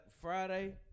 Friday